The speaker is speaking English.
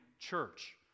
Church